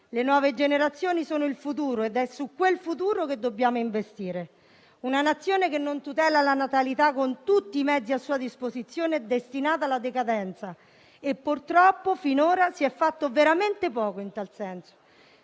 le nuove generazioni sono il futuro su cui dobbiamo investire. Una Nazione che non tutela la natalità con tutti i mezzi a sua disposizione è destinata alla decadenza e purtroppo finora si è fatto veramente poco in tal senso.